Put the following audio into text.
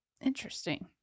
Interesting